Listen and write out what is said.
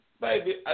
baby